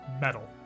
metal